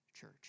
church